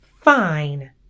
fine